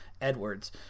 Edwards